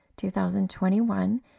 2021